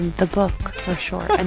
the book, for sure and